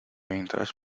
entras